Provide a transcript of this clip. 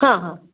हां हां